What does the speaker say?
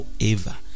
forever